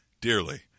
dearly